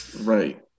right